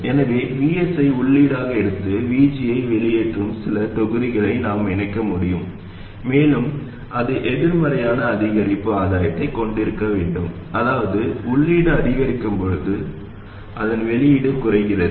எனவே Vs ஐ உள்ளீடாக எடுத்து VG ஐ வெளியேற்றும் சில தொகுதிகளை நாம் இணைக்க முடியும் மேலும் அது எதிர்மறையான அதிகரிப்பு ஆதாயத்தைக் கொண்டிருக்க வேண்டும் அதாவது உள்ளீடு அதிகரிக்கும் போது அதன் வெளியீடு குறைகிறது